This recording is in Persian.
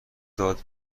داد